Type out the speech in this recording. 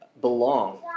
belong